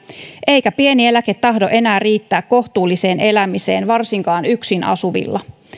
eikä pieni eläke tahdo enää riittää kohtuulliseen elämiseen varsinkaan yksin asuvilla